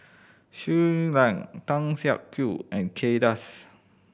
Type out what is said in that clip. Shui Lan Tan Siak Kew and Kay Das